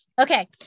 Okay